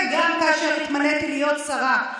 וגם כאשר התמניתי להיות שרה,